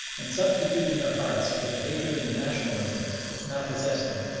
and substitute in their hearts for the hatred and the nationalism, which now possess them,